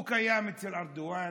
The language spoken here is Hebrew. הוא קיים אצל ארדואן,